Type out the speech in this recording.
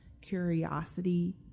curiosity